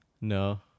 No